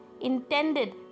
intended